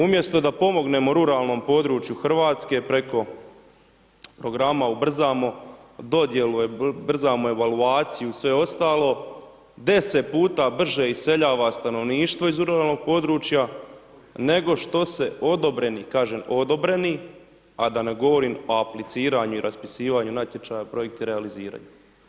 Umjesto da pomognemo ruralnom području Hrvatske preko programa, ubrzamo dodjelu, ubrzamo evaluaciju, sve ostalo, deset puta brže iseljava stanovništvo iz ruralnog područja, nego što se odobreni, kažem odobreni, a da ne govorim o apliciranju i raspisivanju natječaja, projekti realiziraju.